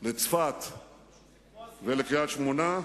לצפת ולקריית-שמונה,